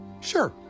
Sure